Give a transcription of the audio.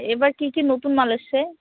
এবার কি কি নতুন মাল এসেছে